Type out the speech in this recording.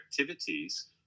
activities